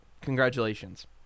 congratulations